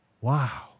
Wow